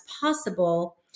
possible